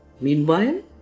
Meanwhile